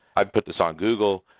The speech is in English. i'd put this on google,